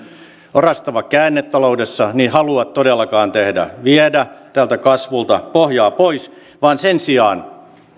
orastava käänne taloudessa halua todellakaan tehdä viedä tältä kasvulta pohjaa pois vaan sen sijaan